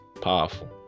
powerful